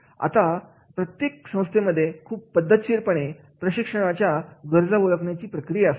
आता प्रत्येक संस्थेमध्ये खूप पद्धतशीर पणे प्रशिक्षणाच्या गरजा ओळखण्याची प्रक्रिया असावी